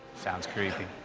sounds screepy.